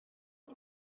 wyt